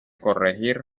corregir